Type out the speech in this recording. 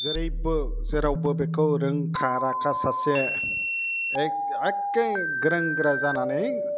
जेरैबो जेरावबो बेखौ रोंखा राखा सासे एख एखे गोरों गोरा जानानै